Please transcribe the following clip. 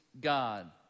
God